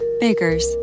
Baker's